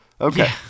Okay